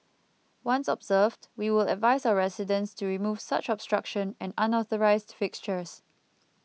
once observed we will advise our residents to remove such obstruction and unauthorised fixtures